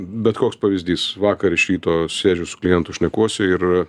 bet koks pavyzdys vakar iš ryto sėdžiu su klientu šnekuosi ir